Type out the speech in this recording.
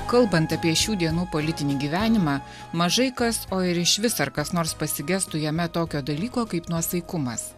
kalbant apie šių dienų politinį gyvenimą mažai kas o ir išvis ar kas nors pasigestų jame tokio dalyko kaip nuosaikumas